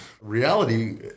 Reality